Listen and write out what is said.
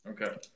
Okay